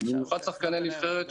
במיוחד שחקני נבחרת,